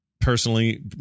personally